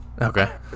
okay